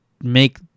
make